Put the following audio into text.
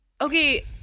Okay